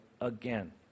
again